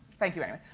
thank you anyway.